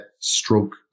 stroke